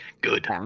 Good